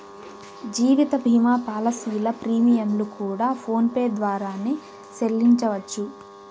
జీవిత భీమా పాలసీల ప్రీమియంలు కూడా ఫోన్ పే ద్వారానే సెల్లించవచ్చు